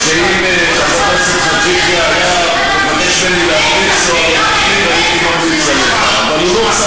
אני מודה שאם חבר הכנסת חאג' יחיא היה מבקש ממני להמליץ לו על עורך-דין,